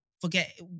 forget